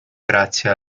grazie